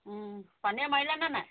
পানীয়ে মাৰিলে নে নাই